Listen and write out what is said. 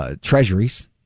treasuries